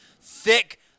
thick